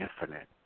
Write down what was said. infinite